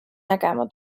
nägema